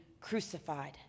crucified